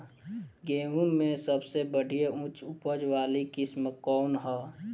गेहूं में सबसे बढ़िया उच्च उपज वाली किस्म कौन ह?